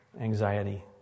anxiety